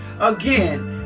Again